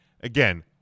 again